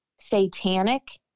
satanic